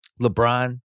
LeBron